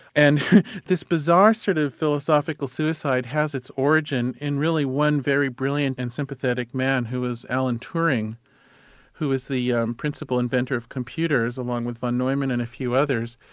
and this bizarre sort of philosophical suicide has its origin in really one very brilliant and sympathetic man who was alan turing who was the um principal inventor of computers, along with van neumann and a few others.